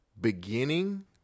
beginning-